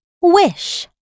Wish